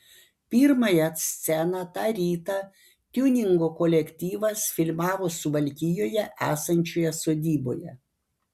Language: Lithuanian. pirmąją sceną tą rytą tiuningo kolektyvas filmavo suvalkijoje esančioje sodyboje